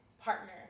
partner